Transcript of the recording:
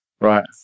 Right